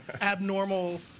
abnormal